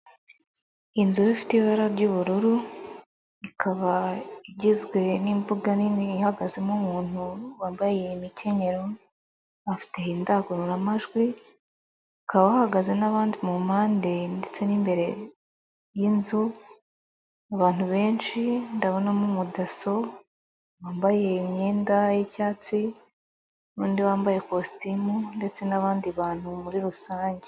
Izu ifite ibara ry'ubururu, ikaba igizwe n'imbuga nini ihagazemo umuntu wambaye mikenyero afite indangururamajwi, hakaba hahagaze n'abandi mu mpande ndetse n'imbere y'inzu, abantu benshi ndabonamo umudaso wambaye imyenda y'icyatsi n'undi wambaye ikositimu ndetse n'abandi bantu muri rusange.